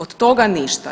Od toga ništa.